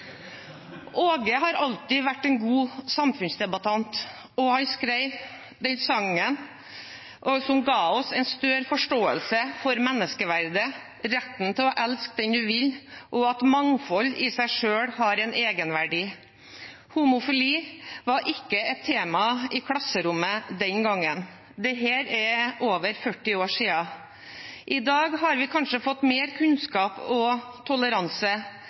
Åge har alltid vært en god samfunnsdebattant, og sangen han skrev, ga oss en større forståelse for menneskeverdet, retten til å elske den man vil, og at mangfold i seg selv har en egenverdi. Homofili var ikke et tema i klasserommet den gang – for over 40 år siden. I dag har vi kanskje fått mer kunnskap og toleranse,